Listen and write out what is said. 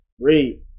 Read